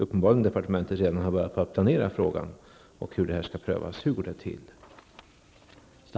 Uppenbarligen har departementet redan börjat planera.